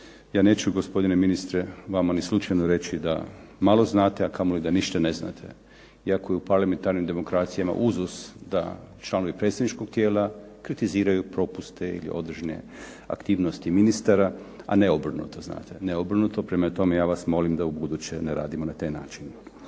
ja neću gospodine ministre vama ni slučajno reći da malo znate, a kamoli da ništa ne znate. Iako je u parlamentarnim dokumentacijama uzus da članovi predstavničkog tijela kritiziraju propuste ili određene aktivnosti ministara, a ne obrnuto znate. Ne obrnuto. Prema tome, ja vas molim da ubuduće ne radimo na taj način.